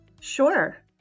Sure